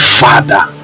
father